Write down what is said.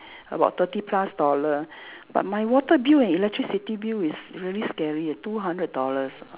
about thirty plus dollar but my water bill and electricity bill is really scary two hundred dollars ah